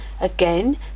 Again